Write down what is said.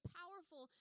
powerful